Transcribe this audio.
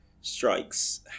strikes